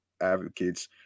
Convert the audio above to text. advocates